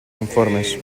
informes